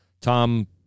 Tom